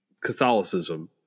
Catholicism